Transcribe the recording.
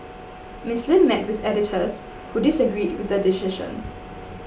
Miss Lim met with editors who disagreed with the decision